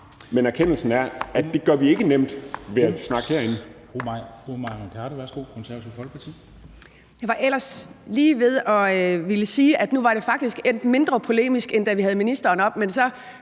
Men erkendelsen er, at det gør vi ikke nemt ved at snakke herinde.